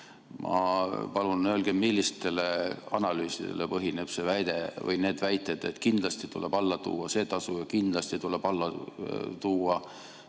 ma palun teil öelda, millistel analüüsidel põhinevad need väited, et kindlasti tuleb alla tuua see tasu ja kindlasti tuleb alla tuua